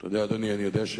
אתה יודע,